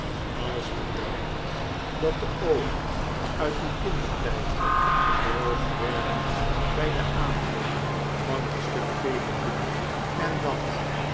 als men bedenkt dat de oogen uit uw kindertijd gedroogd werden bij den aanblik van een stuk peperkoek en dat